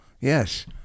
Yes